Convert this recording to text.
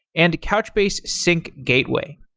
and couchbase sync gateway.